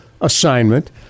assignment